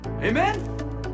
Amen